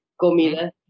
comida